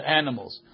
animals